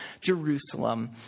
Jerusalem